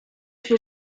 się